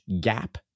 gap